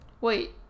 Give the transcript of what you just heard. Wait